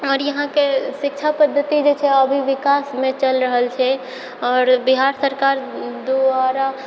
आओर इहाँके शिक्षा पद्धति जे छै अभी विकासमे चलि रहल छै आओर बिहार सरकार द्वारा